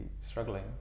struggling